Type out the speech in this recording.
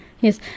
Yes